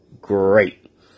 great